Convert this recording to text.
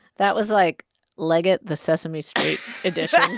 that was like liget, the sesame street edition